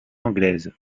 anglaise